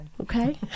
okay